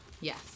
Yes